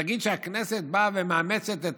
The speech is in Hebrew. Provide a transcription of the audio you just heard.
נגיד שהכנסת מאמצת את